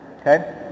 okay